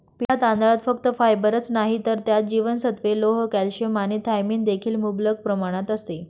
पिटा तांदळात फक्त फायबरच नाही तर त्यात जीवनसत्त्वे, लोह, कॅल्शियम आणि थायमिन देखील मुबलक प्रमाणात असते